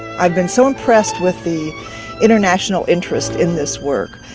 i've been so impressed with the international interest in this work.